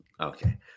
okay